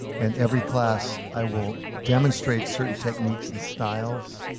and every class, i will demonstrate certain techniques and styles,